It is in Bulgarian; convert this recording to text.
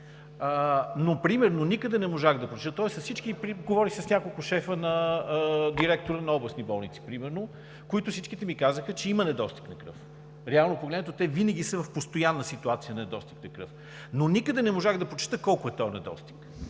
но примерно никъде не можах да ги реша. Говорих с няколко директори на областни болници примерно, които всички ми казаха, че има недостиг на кръв. Реално погледнато те винаги са в постоянна ситуация на недостиг на кръв, но никъде не можах да прочета колко е този недостиг.